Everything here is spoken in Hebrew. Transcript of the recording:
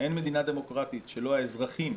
אין מדינה דמוקרטית שלא האזרחים,